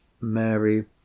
Mary